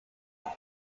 her